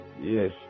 yes